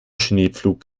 schneepflug